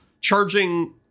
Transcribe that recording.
charging